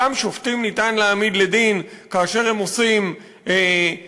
גם שופטים ניתן להעמיד לדין כאשר הם עושים מעשים